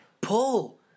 pull